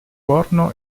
forno